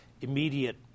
immediate